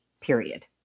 period